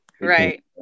Right